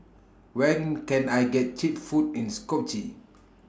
when Can I get Cheap Food in Skopje